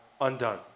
undone